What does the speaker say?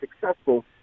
successful